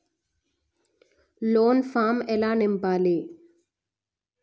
Loan form ఎలా నింపాలి?